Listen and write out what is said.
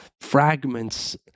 fragments